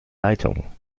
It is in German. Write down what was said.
leitung